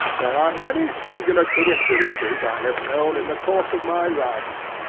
there are many singular coincidences i have known in the course of my life,